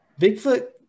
Bigfoot